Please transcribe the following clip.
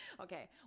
Okay